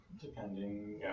Depending